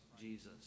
Jesus